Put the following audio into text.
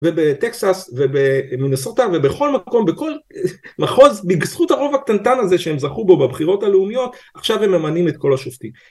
ובטקסס, ובמינסוטה, ובכל מקום, בכל מחוז בזכות הרוב הקטנטן הזה שהם זכו בו בבחירות הלאומיות, עכשיו הם ממנים את כל השופטים.